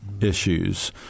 issues